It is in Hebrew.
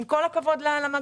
עם כל הכבוד למגפה,